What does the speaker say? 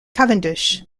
cavendish